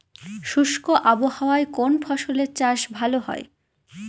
শুষ্ক আবহাওয়ায় কোন ফসলের চাষ ভালো হয়?